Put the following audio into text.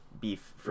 beef